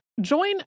Join